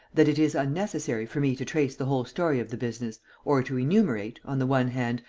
that it is unnecessary for me to trace the whole story of the business or to enumerate, on the one hand,